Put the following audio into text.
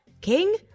King